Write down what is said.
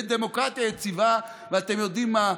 ודמוקרטיה יציבה, ואתם יודעים מה?